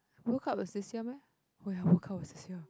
World Cup is this year meh where World Cup is this year